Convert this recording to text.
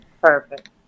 Perfect